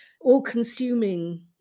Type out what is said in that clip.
all-consuming